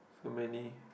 so many